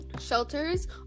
shelters